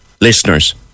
listeners